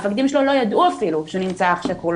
המפקדים שלו לא ידעו אפילו שנמצא אח שכול,